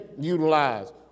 utilize